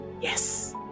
Yes